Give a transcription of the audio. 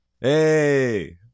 Hey